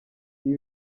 ibi